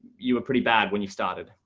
you were pretty bad when you started.